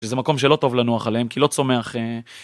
זה מקום שלא טוב לנוח עליהם כי לא צומח.